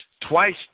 twice